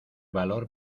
valor